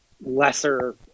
lesser